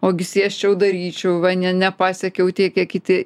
ogi sėsčiau daryčiau ne nepasiekiau tiek kiek kiti